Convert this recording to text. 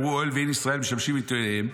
אמרו: הואיל ואין ישראל משמשין מיטותיהם,